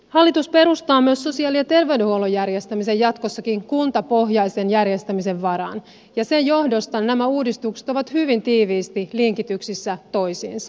hallitus perustaa myös sosiaali ja terveydenhuollon järjestämisen jatkossakin kuntapohjaisen järjestämisen varaan ja sen johdosta nämä uudistukset ovat hyvin tiiviisti linkityksissä toisiinsa